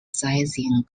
sizing